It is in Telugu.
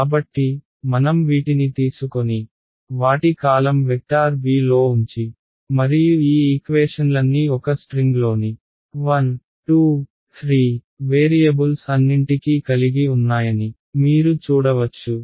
కాబట్టి మనం వీటిని తీసుకొని వాటి కాలమ్ వెక్టార్ b లో ఉంచి మరియు ఈ ఈక్వేషన్లన్నీ ఒక స్ట్రింగ్లో ని 1 2 3 వేరియబుల్స్ అన్నింటికీ కలిగి ఉన్నాయని మీరు చూడవచ్చు